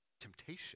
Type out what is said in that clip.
temptation